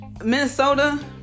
Minnesota